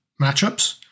matchups